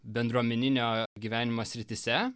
bendruomeninio gyvenimo srityse